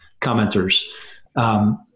commenters